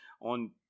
on